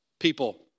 people